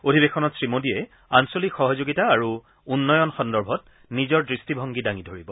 অধিৱেশনত শ্ৰীমোডীয়ে আঞ্চলিক সহযোগিতা আৰু উন্নয়ন সন্দৰ্ভত নিজৰ দৃষ্টিভংগী দাঙি ধৰিব